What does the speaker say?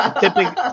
Typically